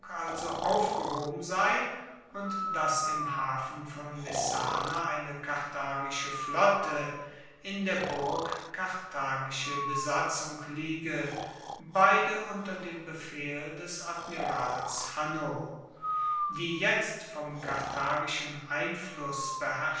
also aufgehoben sei und dass im hafen von messana eine karthagische flotte in der burg karthagische besatzung liege beide unter dem befehl des admirals hanno die jetzt vom karthagischen einfluss